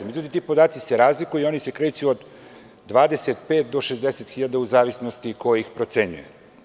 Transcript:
Međutim, ti podaci se razliku i oni se kreću od 25.000 do 60.000 u zavisnosti od toga ko ih procenjuje.